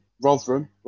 Rotherham